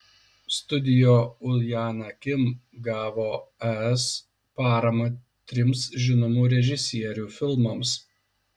studio uljana kim gavo es paramą trims žinomų režisierių filmams